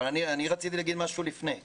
רציתי לומר משהו לפני כן.